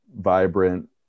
vibrant